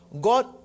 God